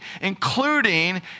including